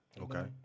Okay